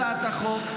זאת הצעת החוק.